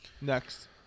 Next